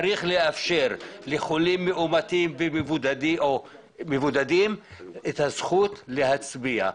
צריך לאפשר לחולים מאומתים ומבודדים את הזכות להצביע.